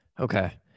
Okay